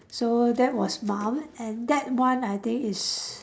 so that was mum and dad one I think is